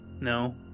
No